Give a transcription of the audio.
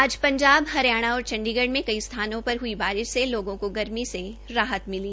आज पंजाब हरियाणा और चंडीगढ में कई स्थानों पर हई बारिश से लोगों को गर्मी और आर्द्र मौसम से राहत मिली